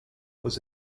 was